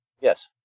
Yes